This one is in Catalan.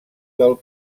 del